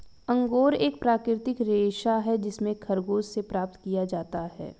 angora एक प्राकृतिक रेशा है जिसे खरगोश से प्राप्त किया जाता है